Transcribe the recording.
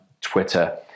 Twitter